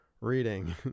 reading